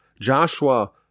Joshua